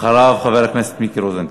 אחריו, חבר הכנסת מיקי רוזנטל.